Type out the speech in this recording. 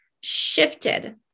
shifted